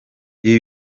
ibi